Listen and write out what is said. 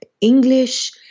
English